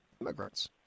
immigrants